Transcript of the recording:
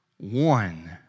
One